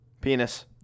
penis